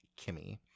Kimmy